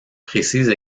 précise